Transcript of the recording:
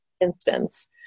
instance